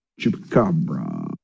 Chupacabra